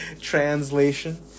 translation